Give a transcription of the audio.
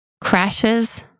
crashes